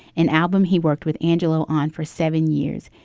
an album he worked with angelo on for seven years.